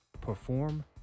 perform